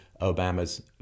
Obama's